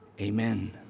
Amen